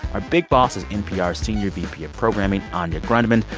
our big boss is npr's senior vp of programming, anya grundmann.